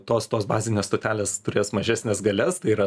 tos tos bazinės stotelės turės mažesnes galias tai yra